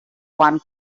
one